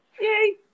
Yay